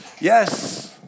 Yes